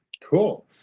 cool